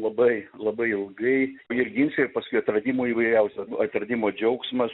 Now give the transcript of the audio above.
labai labai ilgai ir ginčai ir paskui atradimų įvairiausių atradimo džiaugsmas